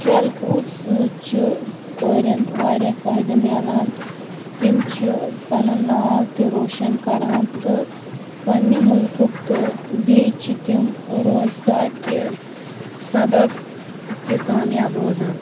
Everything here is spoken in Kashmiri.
کھیلہٕ کوٗد سۭتۍ چھِ کورِٮ۪ن واریاہ فٲیدٕ میلان تم چھِ پَنُن ناو تہِ روشَن کران تہٕ پَنِنہِ مُلکُک تہٕ بیٚیہِ چھِ تم روزٕگار کہِ سَبب تہِ کامیاب روزان